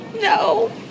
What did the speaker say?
No